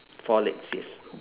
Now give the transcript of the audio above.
four legs yes